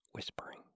whispering